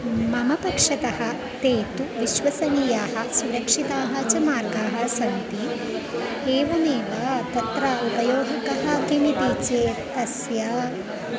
मम पक्षतः ते तु विश्वसनीयाः सुरक्षिताः च मार्गाः सन्ति एवमेव तत्र उपयोगिकः किमिति चेत् तस्य